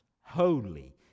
holy